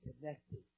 connected